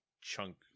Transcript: chunk